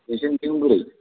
नोंसिनिथिं बोरै